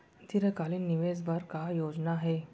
दीर्घकालिक निवेश बर का योजना हे?